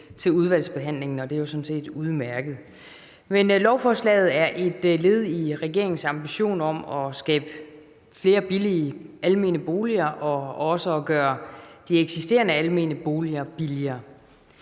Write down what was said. til udvalgsbehandlingen, og det er sådan set udmærket. Men lovforslaget er et led i regeringens ambition om at skabe flere billige almene boliger og også at gøre de eksisterende almene boliger billigere.